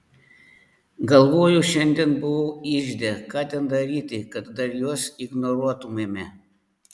galvoju šiandien buvau ižde ką ten daryti kad dar juos ignoruotumėme